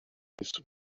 his